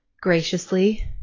graciously